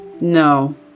No